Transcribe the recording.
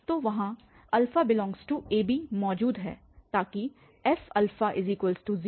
तो वहाँ ab मौजूद है ताकि f0